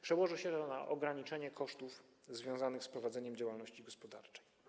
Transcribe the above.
Przełoży się to na ograniczenie kosztów związanych z prowadzeniem działalności gospodarczej.